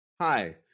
Hi